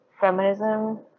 feminism